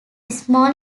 small